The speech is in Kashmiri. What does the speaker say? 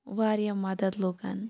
واریاہ مدد لُکَن